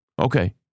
okay